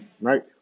right